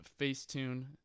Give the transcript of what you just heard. facetune